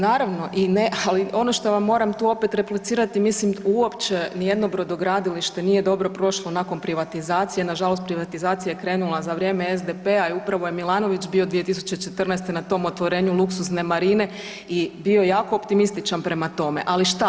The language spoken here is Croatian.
naravno i ne, ali ono što vam moram tu opet replicirati, mislim uopće nijedno brodogradilište nije dobro prošlo nakon privatizacije, nažalost privatizacija je krenula za vrijeme SDP-a i upravo je Milanović bio 2014. na tom otvorenju luksuzne marine i bio je jako optimističan prema tome, ali šta?